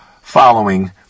following